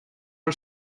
her